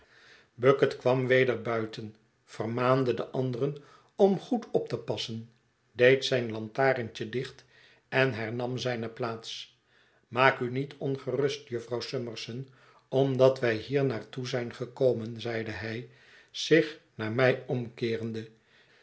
bucket kwam weder buiten vermaande de anderen om goed op te passen deed zijn lantaarntje dicht en hernam zijne plaats maak u niet ongerust jufvrouw summerson omdat wij hier naar toe zijn gekomen zeide hij zich naar mij omkeerende